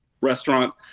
restaurant